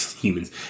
humans